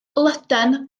lydan